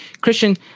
christian